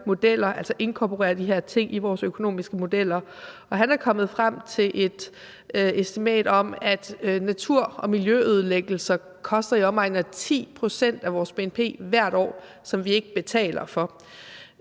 modeller, altså inkorporere de her ting i vores økonomiske modeller. Og han er kommet frem til et estimat om, at natur- og miljøødelæggelser koster i omegnen af 10 pct. af vores bnp hvert år, som vi ikke betaler for.